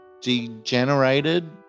degenerated